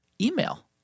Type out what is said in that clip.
email